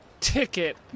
ticket